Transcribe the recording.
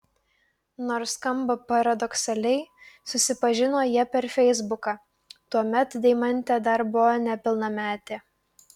nors skamba paradoksaliai susipažino jie per feisbuką tuomet deimantė dar buvo nepilnametė